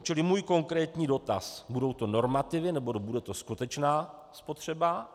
Čili můj konkrétní dotaz: Budou to normativy, nebo bude to skutečná spotřeba?